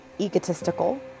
egotistical